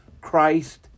Christ